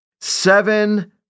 seven